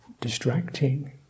distracting